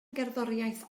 gerddoriaeth